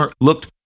looked